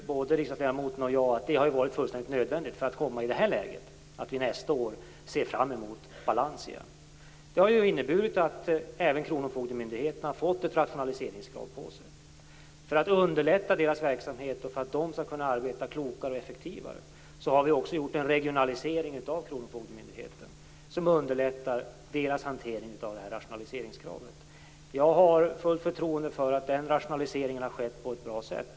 Både riksdagsledamoten och jag vet ju att det har varit fullständigt nödvändigt för att komma i det här läget, dvs. att vi nästa år ser fram emot balans igen. Det har inneburit att även Kronofogdemyndigheten har fått ett rationaliseringskrav på sig. För att underlätta deras verksamhet och för att de skall kunna arbeta klokare och effektivare har vi också gjort en regionalisering av Kronofogdemyndigheten, som underlättar deras hantering av rationaliseringskravet. Jag har fullt förtroende för att den rationaliseringen har skett på ett bra sätt.